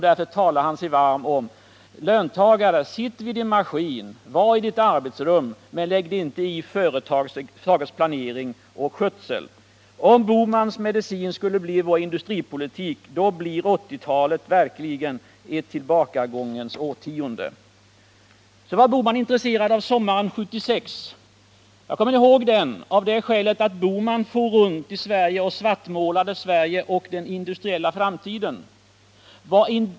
Därför talar Gösta Bohman sig varm för: Löntagare — sitt vid din maskin, var i ditt arbetsrum, men lägg dig inte i företagens planering och skötsel! Om Gösta Bohmans medicin skulle bli vår industripolitik, då skulle verkligen 1980-talet bli ett tillbakagångens årtionde. Så var Gösta Bohman intresserad av sommaren 1976. Jag kommer ihåg den av det skälet att Gösta Bohman for runt i landet och svartmålade Sverige och den industriella framtiden.